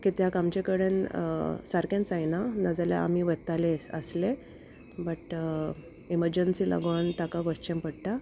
कित्याक आमचे कडेन सारकेंच जायना नाजाल्यार आमी व्हरतले आसले बट इमरजंसी लागोन ताका वचचें पडटा